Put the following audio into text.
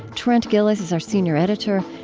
trent gilliss is our senior editor.